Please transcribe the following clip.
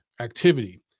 activity